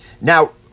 Now